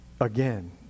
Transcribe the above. again